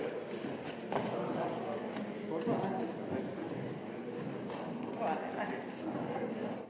Hvala